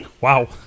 Wow